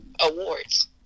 awards